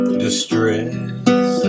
distress